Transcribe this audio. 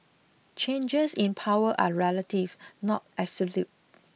changes in power are relative not absolute